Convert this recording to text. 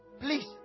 please